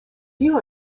view